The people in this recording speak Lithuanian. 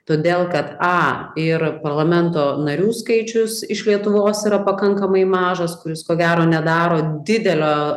todėl kad a ir parlamento narių skaičius iš lietuvos yra pakankamai mažas kuris ko gero nedaro didelio